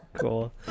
Cool